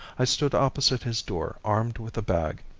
i stood opposite his door armed with a bag,